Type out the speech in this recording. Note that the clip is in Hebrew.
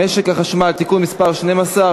משק החשמל (תיקון מס' 12),